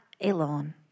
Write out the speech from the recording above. alone